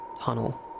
tunnel